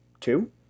two